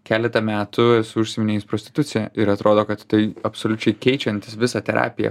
keletą metų esu užsiiminėjus prostitucija ir atrodo kad tai absoliučiai keičiantis visą terapiją